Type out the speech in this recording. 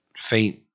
faint